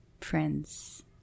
Friends